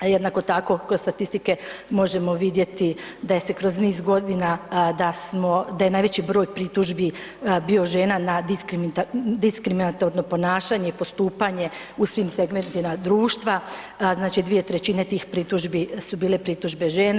Jednako tako kod statistike možemo vidjeti da je se kroz niz godina, da smo, da je najveći broj pritužbi bio žena na diskriminatorno ponašanje i postupanje u svim segmentima društva, znači 2/3 tih pritužbi su bile pritužbe žene.